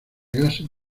gases